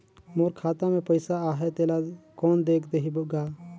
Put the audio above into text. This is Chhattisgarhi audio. मोर खाता मे पइसा आहाय तेला कोन देख देही गा?